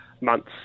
months